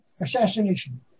assassination